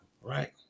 right